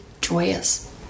joyous